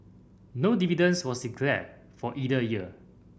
no dividend was declared for either year